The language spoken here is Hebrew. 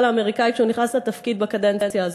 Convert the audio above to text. האמריקני כשהוא נכנס לתפקיד בקדנציה הזאת,